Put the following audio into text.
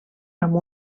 amb